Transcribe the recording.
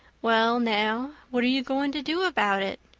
well now, what are you going to do about it?